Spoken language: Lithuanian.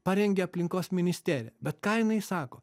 parengė aplinkos ministerija bet ką jinai sako